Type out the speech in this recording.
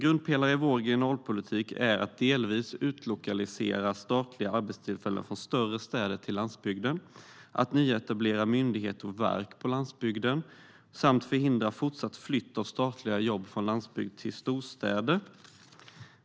Grundpelare i vår regionalpolitik är att delvis utlokalisera statliga arbetstillfällen från större städer till landsbygden, nyetablera myndigheter och verk på landsbygden samt förhindra fortsatt flytt av statliga jobb från landsbygd till storstäder.